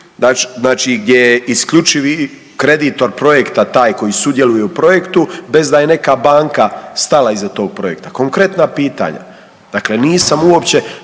znači gdje je isključivi kreditor projekta taj koji sudjeluje u projektu bez da je neka banka stala iza tog projekta. Konkretna pitanja. Dakle, nisam uopće